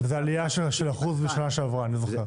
כן, וזו עלייה של אחוז משנה שעברה, אני זוכר.